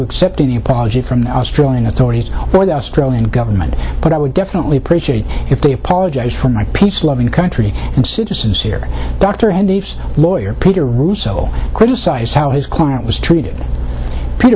accept any apology from the australian authorities or the australian government but i would definitely appreciate if they apologize for my peace loving country and citizens here dr n d s lawyer peter russo criticised how his client was treated p